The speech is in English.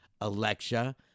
Alexa